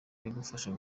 kudufasha